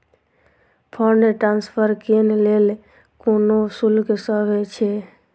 Fund transfer केँ लेल कोनो शुल्कसभ छै?